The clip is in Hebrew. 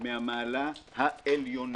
מן המעלה העליונה.